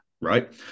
right